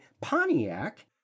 Pontiac